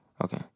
Okay